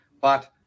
but-